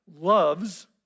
loves